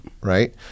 Right